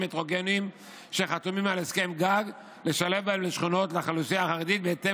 הטרוגניים שחתומים על הסכם גג על שילוב שכונות בהן לאוכלוסייה החרדית,